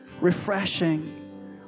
Refreshing